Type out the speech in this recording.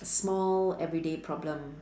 small everyday problem